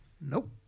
Nope